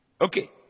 okay